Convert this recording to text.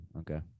Okay